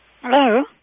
Hello